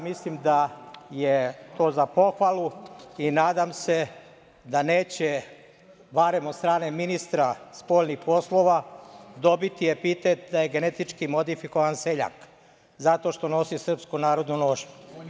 Mislim da je to za pohvalu i nadam se da neće, barem od strane ministra spoljnih poslova, dobiti epitet da je genetički modifikovan seljak zato što nosi srpsku narodnu nošnju.